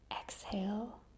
exhale